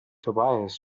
tobias